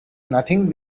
nothing